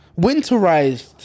winterized